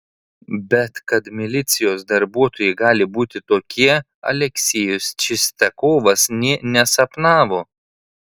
bet kad milicijos darbuotojai gali būti tokie aleksejus čistiakovas nė nesapnavo